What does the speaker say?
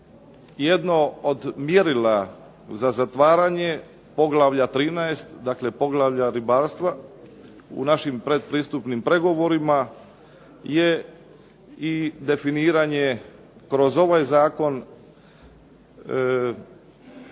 jedno od mjerila za zatvaranje Poglavlja 13., dakle poglavlja ribarstva, u našim predpristupnim pregovorima je i definiranje kroz ovaj zakon